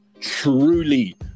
truly